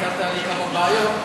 פתרת לי כמה בעיות,